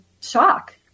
shock